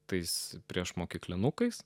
tais priešmokyklinukais